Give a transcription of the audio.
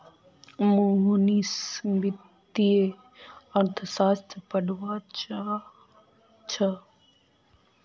मोहनीश वित्तीय अर्थशास्त्र पढ़वा चाह छ